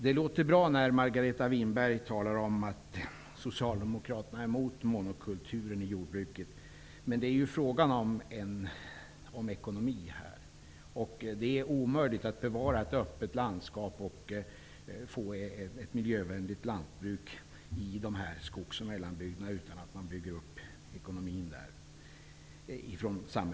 Det låter bra när Margareta Winberg talar om att socialdemokraterna är emot monokulturen i jordbruket, men nu handlar det ju om ekonomi. Det är omöjligt att bevara ett öppet landskap och få ett miljövänligt lantbruk i skogs och mellanbygderna utan att samhället ser till att ekonomin byggs upp där.